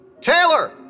Taylor